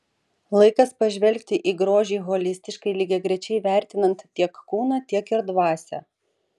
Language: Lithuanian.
laikas pažvelgti į grožį holistiškai lygiagrečiai vertinant tiek kūną tiek ir dvasią